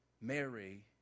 Mary